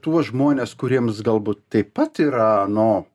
tuos žmones kuriems galbūt taip pat yra nu